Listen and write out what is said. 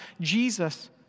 Jesus